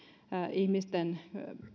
ihmisten